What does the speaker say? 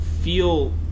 feel